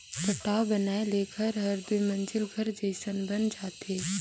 पटाव बनाए ले घर हर दुमंजिला घर जयसन बन जाथे